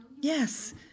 Yes